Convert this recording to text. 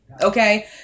Okay